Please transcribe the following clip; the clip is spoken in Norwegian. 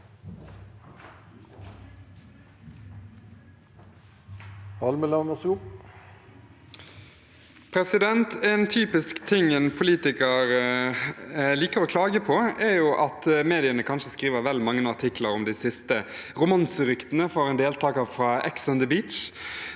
En typisk ting en politiker liker å klage på, er at mediene kanskje skriver vel mange artikler om de siste romanseryktene om en deltaker fra Ex on the Beach.